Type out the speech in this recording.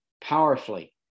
powerfully